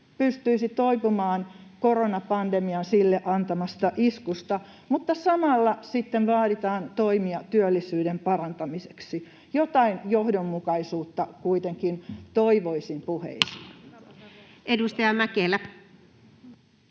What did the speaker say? pystyisi toipumaan koronapandemian sille antamasta iskusta, mutta samalla sitten vaaditaan toimia työllisyyden parantamiseksi. Jotain johdonmukaisuutta kuitenkin toivoisin puheissa. [Speech